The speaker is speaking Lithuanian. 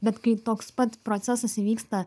bet kai toks pat procesas įvyksta